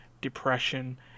depression